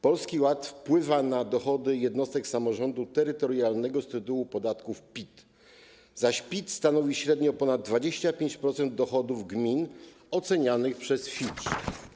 Polski Ład wpływa na dochody jednostek samorządu terytorialnego z tytułu podatków PIT, zaś PIT stanowi średnio ponad 25% dochodów gmin ocenianych przez Fitch.